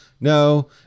no